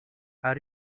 are